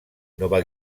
nova